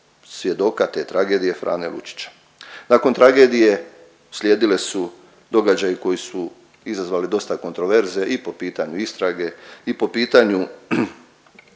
svjedoka te tragedije Frane Lučića. Nakon tragedije slijedile su događaji koji su izazvali dosta kontroverze i po pitanju istrage i po pitanju